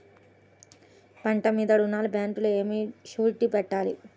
పంట మీద రుణానికి బ్యాంకులో ఏమి షూరిటీ పెట్టాలి?